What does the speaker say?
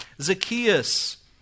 Zacchaeus